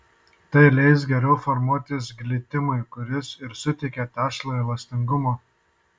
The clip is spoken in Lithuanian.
tai leis geriau formuotis glitimui kuris ir suteikia tešlai elastingumo